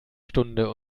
stunde